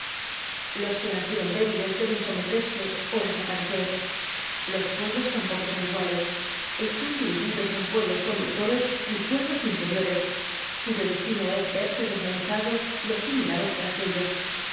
los que nacieron débiles deben someterse ó desaparecer los pueblos tampoco son iguales están divididos en pueblos conductores y pueblos inferiores cuyo destino es verse desmenuzados y asimilados por aquéllos